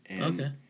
Okay